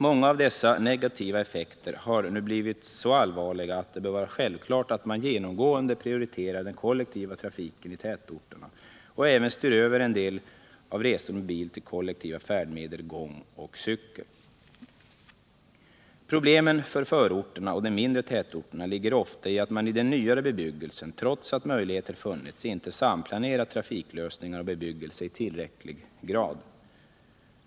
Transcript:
Många av dessa negativa effekter har nu blivit så allvarliga att det bör vara självklart att man genomgående prioriterar den kollektiva trafiken i tätorterna liksom att man styr över en del av resorna med bil till kollektiva färdmedel, gång eller cykel. Problemen för förorterna och de mindre tätorterna ligger ofta i att man i den nyare bebyggelsen, trots att möjligheter funnits, inte samplanerat trafiklösningar och bebyggelse i tillräcklig grad.